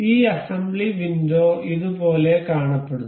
ഈ assembly window ഇതുപോലെ കാണപ്പെടുന്നു